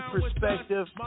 Perspective